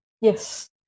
Yes